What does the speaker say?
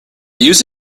use